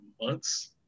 months